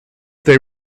they